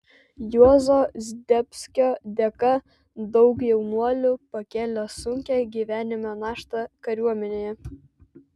juozo zdebskio dėka daug jaunuolių pakėlė sunkią gyvenimo naštą kariuomenėje